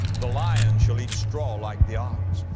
the lion shall eat straw like the ox.